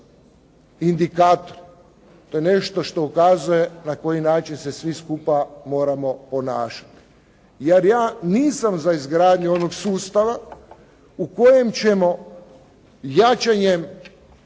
indikatori. To je nešto što ukazuje na koji način se svi skupa moramo ponašati, jer ja nisam za izgradnju onog sustava u kojem ćemo jačanjem